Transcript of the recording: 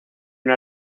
una